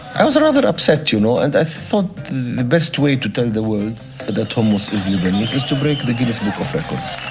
i was rather upset, you, know and i thought the best way to tell the world that hummus is lebanese is to break the guinness book of records